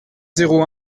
zéro